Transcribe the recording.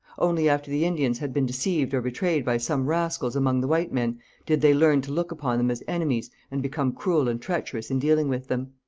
only after the indians had been deceived or betrayed by some rascals among the white men did they learn to look upon them as enemies and become cruel and treacherous in dealing with them.